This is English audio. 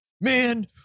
Man